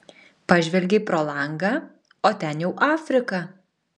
pažvelgei pro langą o ten jau afrika